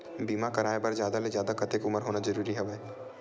बीमा कराय बर जादा ले जादा कतेक उमर होना जरूरी हवय?